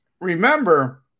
remember